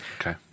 Okay